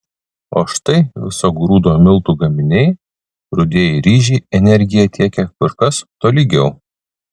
o štai viso grūdo miltų gaminiai rudieji ryžiai energiją tiekia kur kas tolygiau